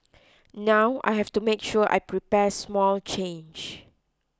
now I have to make sure I prepare small change